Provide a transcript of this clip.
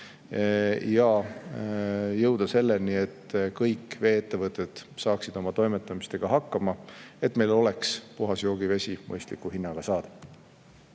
ja jõuda selleni, et kõik vee-ettevõtted saaksid oma toimetamistega hakkama nii, et meil oleks puhas vesi mõistliku hinnaga saadaval.